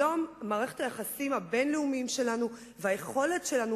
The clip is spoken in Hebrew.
היום מערכת היחסים הבין-לאומיים שלנו והיכולת שלנו